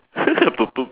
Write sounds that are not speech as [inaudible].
[laughs] [noise]